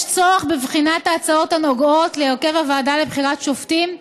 יש צורך בבחינת ההצעות הנוגעות להרכב הוועדה לבחירת שופטים כמכלול,